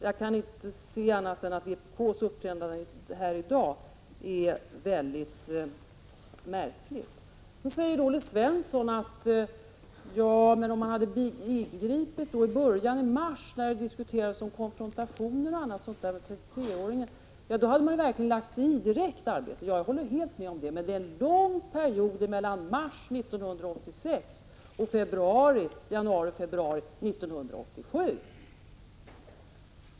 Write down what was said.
Jag kan inte se annat än att vpk:s uppträdande här i dag är mycket märkligt. Olle Svensson säger: Ja, men om man hade ingripit i början av mars, då det diskuterades om konfrontationer o. d. när det gällde 33-åringen, hade man ju direkt lagt sig i arbetet. Jag håller med om det, men det är en lång period mellan mars 1986 och januari-februari 1987.